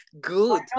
good